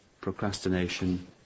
Procrastination